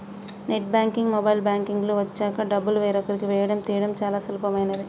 net banking, mobile banking లు వచ్చాక డబ్బులు వేరొకరికి వేయడం తీయడం చాలా సులభమైనది